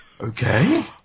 Okay